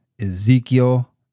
Ezekiel